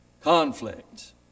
Conflict